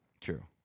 True